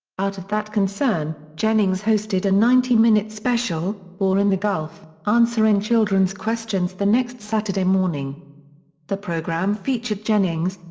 out of that concern, jennings hosted a ninety minute special, war in the gulf answering children's questions the next saturday morning the program featured jennings,